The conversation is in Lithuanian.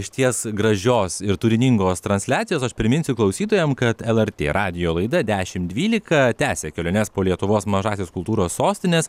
išties gražios ir turiningos transliacijos aš priminsiu klausytojam kad lrt radijo laida dešimt dvylika tęsia keliones po lietuvos mažąsias kultūros sostines